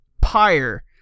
pyre